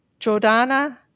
Jordana